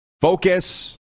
focus